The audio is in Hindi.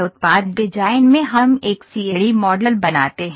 उत्पाद डिजाइन में हम एक सीएडी मॉडल बनाते हैं